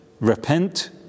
Repent